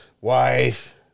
wife